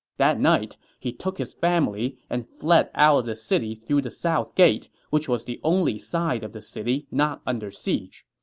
that night, he took his family and fled out of the city through the south gate, which was the only side of the city not under siege.